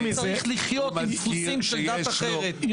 רק צריך לחיות עם דפוסים של דת אחרת.